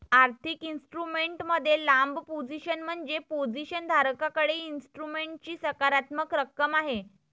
आर्थिक इन्स्ट्रुमेंट मध्ये लांब पोझिशन म्हणजे पोझिशन धारकाकडे इन्स्ट्रुमेंटची सकारात्मक रक्कम आहे